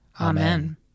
Amen